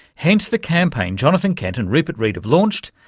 hence the campaign jonathan kent and rupert read have launched,